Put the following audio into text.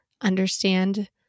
understand